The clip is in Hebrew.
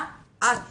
מה את